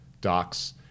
Docs